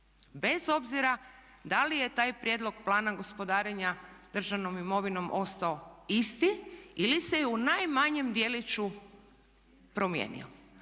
Bez obzira da li je taj prijedlog plana gospodarenja državnom imovinom ostao isti ili se u najmanjem djeliću promijenio.